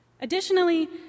Additionally